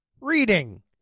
Reading